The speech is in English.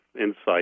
insight